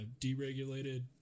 deregulated